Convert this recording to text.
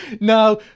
Now